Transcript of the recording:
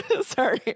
Sorry